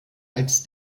als